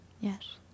Yes